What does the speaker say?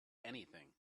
anything